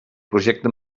projecte